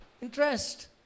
interest